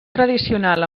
tradicional